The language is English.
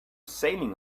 sailing